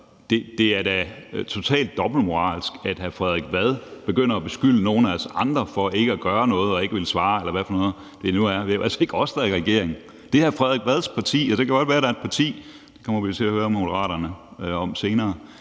det er da totalt dobbeltmoralsk, at hr. Frederik Vad begynder at beskylde nogle af os andre for ikke at gøre noget og ikke ville svare, eller hvad det nu er, for det er jo altså ikke os, der er i regering. Det er hr. Frederik Vads parti. Og det kan godt være, at der er et parti i regeringen – det kommer vi til at høre Moderaterne om senere